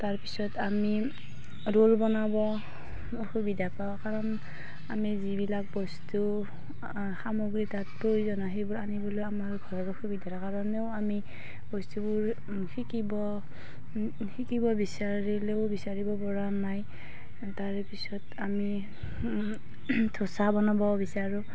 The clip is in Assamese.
তাৰপিছত আমি ৰোল বনাব অসুবিধা পাওঁ কাৰণ আমি যিবিলাক বস্তু সামগ্ৰী তাত প্ৰয়োজন হয় সেইবোৰ আনিবলৈ আমাৰ ঘৰৰ অসুবিধাৰ কাৰণেও আমি বস্তুবোৰ শিকিব শিকিব বিচাৰিলেও শিকিব পৰা নাই তাৰেপিছত আমি ধোচা বনাব বিচাৰোঁ